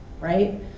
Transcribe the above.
right